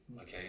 okay